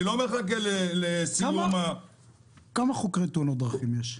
אני לא מחכה לסיום --- כמה חוקרי תאונות דרכים יש?